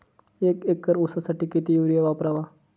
एक एकर ऊसासाठी किती युरिया वापरावा?